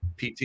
PT